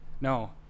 No